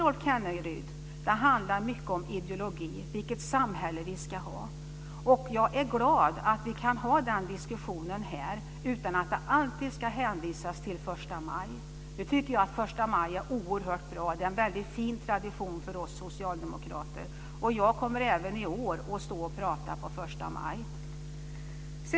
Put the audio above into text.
Skatter handlar mycket om ideologi, vilket samhälle vi ska ha, och jag är glad att vi kan ha den diskussionen här utan att det alltid ska hänvisas till första maj. Jag tycker att första maj är oerhört bra, och det är en väldigt fin tradition för oss socialdemokrater. Jag kommer även i år att stå och prata på första maj.